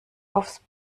aufs